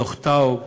דוח טאוב,